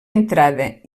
entrada